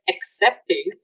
accepting